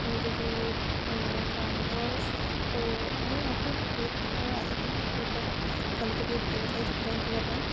ଏମିତିକି କାନଭସ୍ ଓ ବହୁତ ପ୍ରକାରର ଆସିଥାଇ ସେ ପେପର୍ କ୍ୱାଲିଟି ବହୁତ ଭଲ ଥାଏ ଚିତ୍ର ଆଙ୍କିବା ପାଇଁ